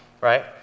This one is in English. Right